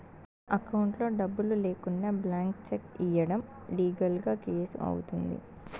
అకౌంట్లో డబ్బులు లేకుండా బ్లాంక్ చెక్ ఇయ్యడం లీగల్ గా కేసు అవుతుంది